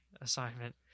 assignment